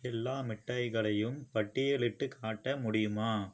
எல்லா மிட்டாய்களையும் பட்டியலிட்டுக் காட்ட முடியுமா